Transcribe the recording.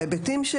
בהיבטים של